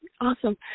Awesome